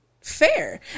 Fair